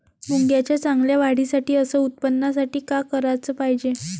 मुंगाच्या चांगल्या वाढीसाठी अस उत्पन्नासाठी का कराच पायजे?